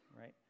right